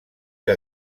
que